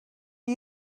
are